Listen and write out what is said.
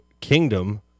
kingdom